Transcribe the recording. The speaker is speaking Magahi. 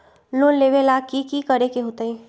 लोन लेबे ला की कि करे के होतई?